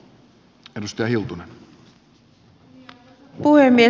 arvoisa puhemies